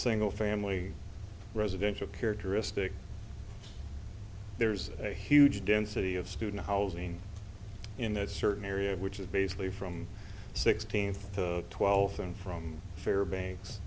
single family residential characteristics there's a huge density of student housing in that certain area which is basically from sixteenth to twelfth and from fair banks